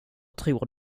tror